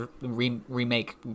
remake